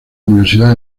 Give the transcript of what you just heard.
universidad